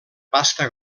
pasta